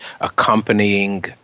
accompanying